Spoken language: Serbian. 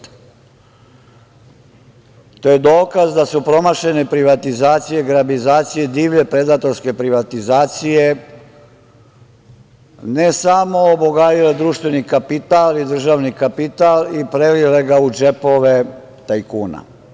To je dokaz da su promašene privatizacije i grabizacije divlje predatorske privatizacije, ne samo obogaljile društveni kapital i državni kapital, i prelile ga u džepove tajkuna.